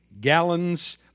gallons